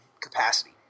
capacity